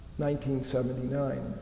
1979